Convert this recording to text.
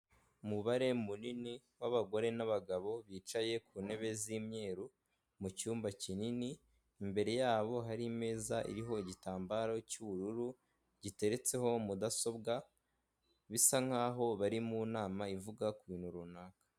Umubare munini w'abagore n'abagabo bicaye ku ntebe z'imyeru mu cyumba kinini, imbere yabo hari imeza iriho igitambaro cy'ubururu giteretseho mudasobwa bisa nkaho bari mu nama ivuga kubintu runaka.